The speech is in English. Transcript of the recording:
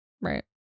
Right